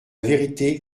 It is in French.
vérité